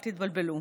אל תתבלבלו: